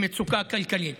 ממצוקה כלכלית.